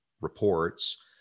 reports